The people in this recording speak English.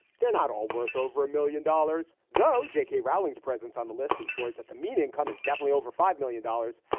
they're not all worth over a million dollars, though. j k. rowling's presence on the list ensures that the mean income is definitely over five million dollars.